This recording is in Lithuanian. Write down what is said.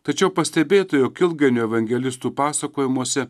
tačiau pastebėta jog ilgainiui evangelistų pasakojimuose